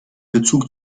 bezug